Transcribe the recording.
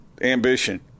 ambition